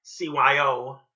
CYO